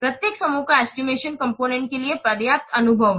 प्रत्येक समूह का एस्टिमेशन कॉम्पोनेन्ट के लिए पर्याप्त अनुभव है